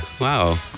Wow